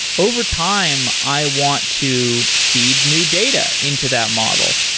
overtime, i want to feed new data into that model.